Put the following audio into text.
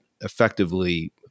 effectively